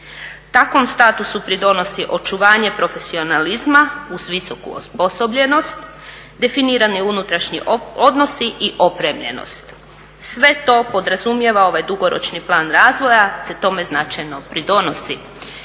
Takvom statusu pridonosi očuvanje profesionalizma uz visoku osposobljenost, definirani unutrašnji odnosi i opremljenost. Sve to podrazumijeva ova dugoročni plan razvoja te tome značajno pridonosi.